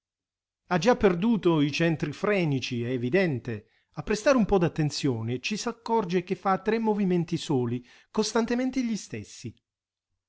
ha già perduto i centri frenici è evidente a prestare un po d'attenzione ci s'accorge che fa tre movimenti soli costantemente gli stessi